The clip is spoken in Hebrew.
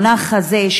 המונח הזה,